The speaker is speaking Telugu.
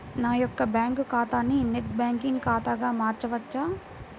నా యొక్క బ్యాంకు ఖాతాని నెట్ బ్యాంకింగ్ ఖాతాగా మార్చవచ్చా?